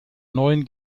neuen